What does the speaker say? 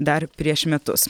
dar prieš metus